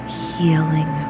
healing